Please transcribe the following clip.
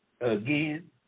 again